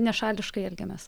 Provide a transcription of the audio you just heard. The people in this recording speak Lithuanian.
nešališkai elgiamės